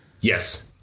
Yes